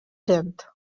tenth